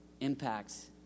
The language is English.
impacts